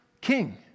king